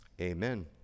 Amen